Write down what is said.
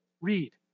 read